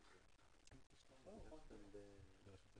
אחרי זה